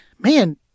man